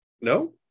no